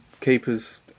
keepers